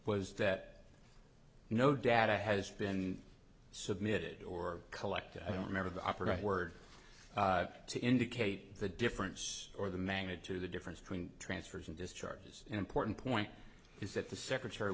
was that no data has been submitted or collected i don't remember the operative word to indicate the difference or the magnitude of the difference between transfers and discharges an important point is that the secretary